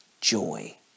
joy